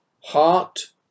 heart